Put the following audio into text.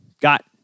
Got